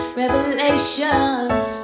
revelations